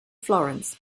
florence